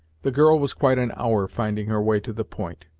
the girl was quite an hour finding her way to the point,